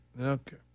Okay